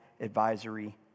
advisory